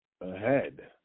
ahead